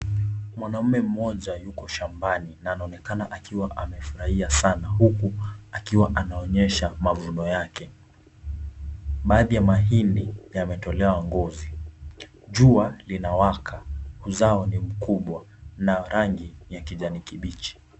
Mwanaume mmoja yuko shambani na anaonekana akiwa amefurahia sana huku akiwa anaonesha mavuno yake. Baadhi ya mahindi yametolewa ngozi. Jua lina waka, mzao ni mkubwa na rangi ni kijani kibichi.